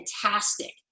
fantastic